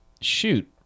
shoot